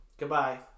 Goodbye